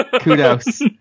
Kudos